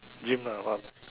gym lah